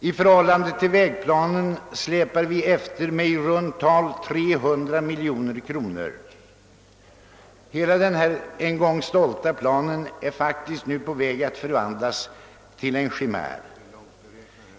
I förhållande till vägplanen släpar vi efter med i runt tal 300 miljoner kronor. Denna en gång så stolta plan är faktiskt på väg att bli en chimär.